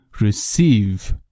receive